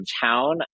town